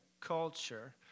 culture